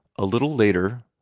a little later,